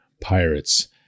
Pirates